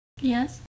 Yes